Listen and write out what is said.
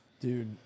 Dude